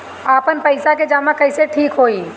आपन पईसा के जमा कईल ठीक होई?